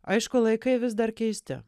aišku laikai vis dar keisti